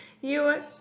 You-